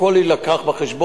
הכול יובא בחשבון,